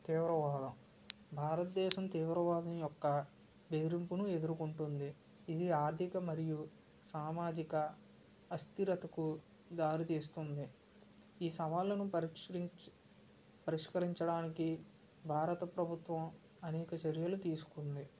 తీవ్రవాదం భారతదేశం తీవ్రవాదం యొక్క బెదిరింపును ఎదుర్కుంటుంది ఇది ఆర్థిక మరియు సామాజిక అస్థిరతకు దారితీస్తుంది ఈ సవాళ్ళను పరిష్కరించి పరిష్కరించడానికి భారత ప్రభుత్వం అనేక చర్యలు తీసుకుంది